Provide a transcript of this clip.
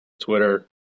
Twitter